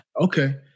Okay